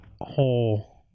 whole